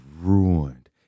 ruined